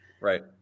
Right